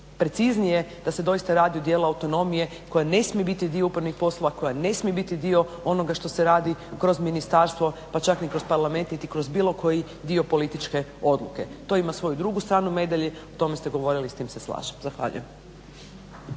preciznije da se doista radi o dijelu autonomije koja ne smije biti dio upravnih poslova, koja ne smije biti dio onoga što se radi kroz ministarstvo, pa čak ni kroz Parlament niti kroz bilo koji dio političke odluke. To ima svoju drugu stranu medalje, o tome ste govorili i s time se slažem. Zahvaljujem.